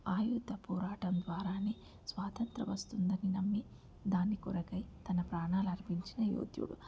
ఆయుధ్య పోరాటం ద్వారానే స్వాతంత్ర వస్తుందని నమ్మి దాన్ని కొరకై తన ప్రాణాలర్పించిన యోధుడు